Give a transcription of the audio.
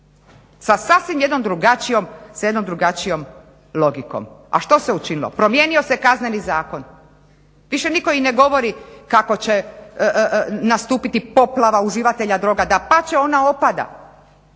sa sasvim jednom drugačijom logikom. A što se učinilo? Promijenio se Kazneni zakon. Više nitko i ne govori kako će nastupiti poplava uživatelja droga. Dapače, ona opada.